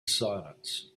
silence